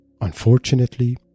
Unfortunately